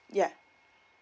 yeah